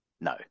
No